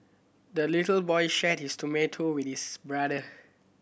the little boy shared his tomato with his brother